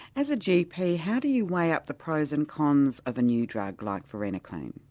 as a gp how do you weigh up the pros and cons of a new drug like varenicline?